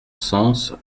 sens